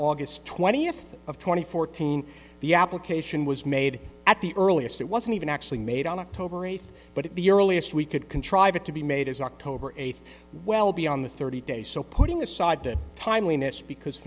august twentieth of two thousand and fourteen the application was made at the earliest it wasn't even actually made on october eighth but at the earliest we could contrive it to be made as october eighth well beyond the thirty days so putting aside the timeliness because